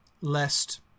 Lest